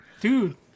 Dude